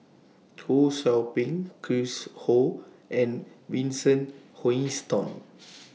Ho SOU Ping Chris Ho and Vincent Hoisington